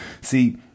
See